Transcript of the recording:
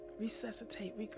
resuscitate